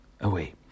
away